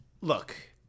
look